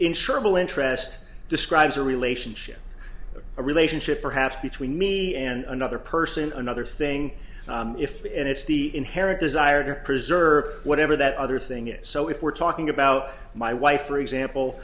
insurable interest describes a relationship or a relationship perhaps between me and another person another thing if it's the inherent desire to preserve whatever that other thing is so if we're talking about my wife for example